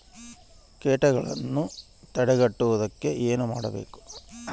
ಕೇಟಗಳನ್ನು ತಡೆಗಟ್ಟುವುದಕ್ಕೆ ಏನು ಮಾಡಬೇಕು?